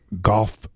golf